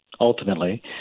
Ultimately